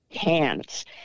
hands